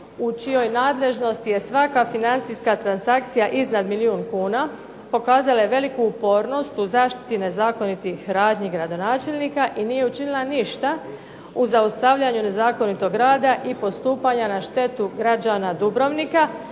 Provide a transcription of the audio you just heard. u čijoj nadležnosti je svaka financijska transakcija iznad milijun kuna pokazala je veliku upornost u zaštiti nezakonitih radnji gradonačelnika i nije učinila ništa u zaustavljanju nezakonitog rada i postupanja na štetu građana Dubrovnika.